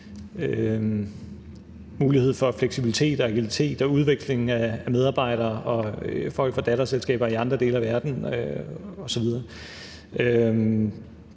mulighed for fleksibilitet og agilitet i udvekslingen af medarbejdere og folk fra datterselskaber i andre dele af verden osv.